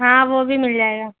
ہاں وہ بھی مل جائے گا